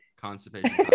constipation